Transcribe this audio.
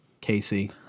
Casey